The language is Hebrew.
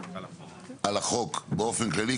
על החוק באופן כללי.